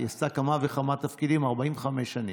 היא עשתה כמה וכמה תפקידים ב-45 שנים,